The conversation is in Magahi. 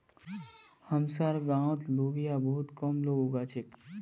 हमसार गांउत लोबिया बहुत कम लोग उगा छेक